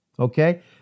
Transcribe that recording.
Okay